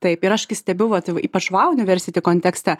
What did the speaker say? taip ir aš kai stebiu vat ypač wow university kontekste